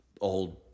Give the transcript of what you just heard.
old